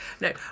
No